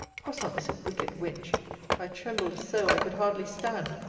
was not this a wicked wench i trembled so, i could hardly stand.